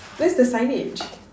where's the signage